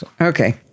Okay